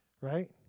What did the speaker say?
right